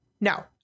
No